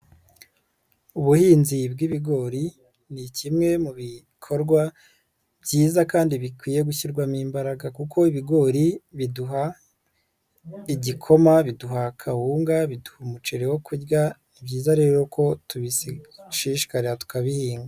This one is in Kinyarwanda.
Ubuhinzi bw'ibigori ni kimwe mu bikorwa byiza kandi bikwiye gushyirwamo imbaraga kuko ibigori biduha igikoma, biduha kawunga, biduha umuceri wo kurya, ni ibyiza rero ko tubishishikarira tukabihinga.